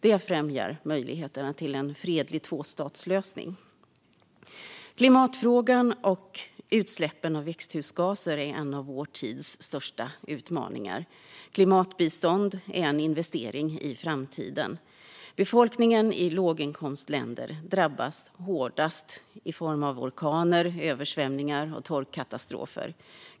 Detta främjar möjligheterna till en fredlig tvåstatslösning. Klimatfrågan och utsläppen av växthusgaser är en av vår tids största utmaningar. Klimatbistånd är en investering i framtiden. Befolkningen i låginkomstländer drabbas hårdast i form av orkaner, översvämningar och torkkatastrofer.